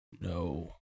No